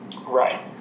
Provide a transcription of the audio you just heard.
Right